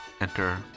enter